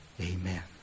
Amen